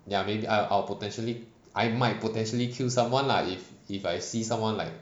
ya maybe I'll potentially I might potentially kill someone lah if I see someone like